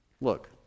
Look